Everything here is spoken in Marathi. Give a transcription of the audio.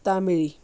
तामिळी